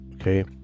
Okay